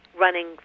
running